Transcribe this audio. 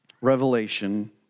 Revelation